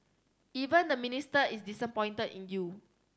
even the Minister is disappointed in you